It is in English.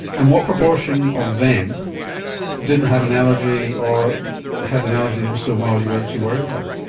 and what proportion of them didn't have an allergy or had an allergy that was so mild you weren't too worried about it?